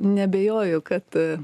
neabejoju kad